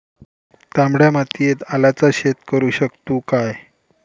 तामड्या मातयेत आल्याचा शेत करु शकतू काय?